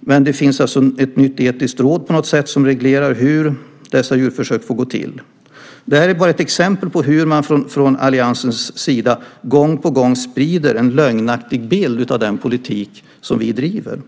men det finns ett nytt etiskt råd som reglerar hur djurförsök får gå till. Det är bara ett exempel på hur man från alliansens sida gång på gång sprider en lögnaktig bild av den politik som vi driver.